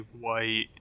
white